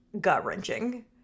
gut-wrenching